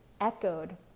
echoed